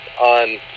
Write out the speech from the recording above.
on